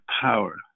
power